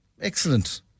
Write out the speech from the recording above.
Excellent